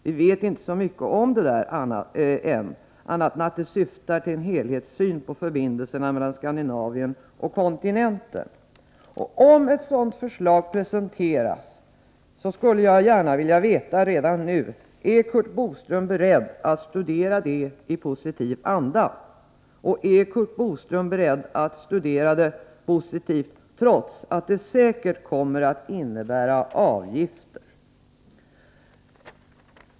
Vi vet inte så mycket om det projektet annat än att det syftar till en helhetssyn på förbindelserna mellan Skandinavien och kontinenten. Jag skulle gärna vilja veta redan nu: Om ett sådant förslag presenteras, är Curt Boström beredd att studera det i positiv anda, och är Curt Boström beredd att studera det positivt trots att det säkert kommer att innebära avgifter?